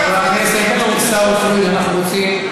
חבר הכנסת עיסאווי פריג',